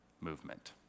Movement